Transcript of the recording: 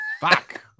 fuck